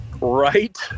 Right